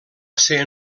ser